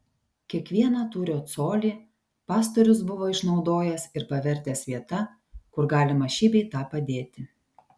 kiekvieną tūrio colį pastorius buvo išnaudojęs ir pavertęs vieta kur galima šį bei tą padėti